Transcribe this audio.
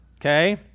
okay